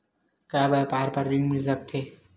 का व्यापार बर ऋण मिल सकथे?